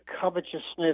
covetousness